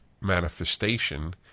manifestation